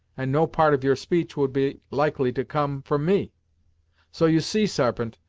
and no part of your speech would be likely to come from me so, you see, sarpent,